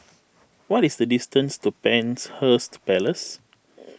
what is the distance to Penshurst Place